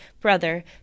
brother